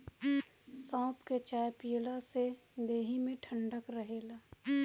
सौंफ के चाय पियला से देहि में ठंडक रहेला